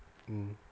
mm